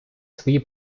свої